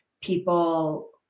people